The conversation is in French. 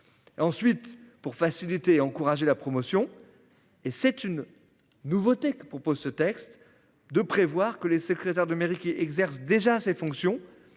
Ensuite pour faciliter et encourager la promotion. Et c'est une nouveauté que propose ce texte de prévoir que les secrétaires de mairie qui exercent déjà ses fonctions